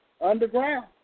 Underground